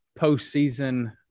postseason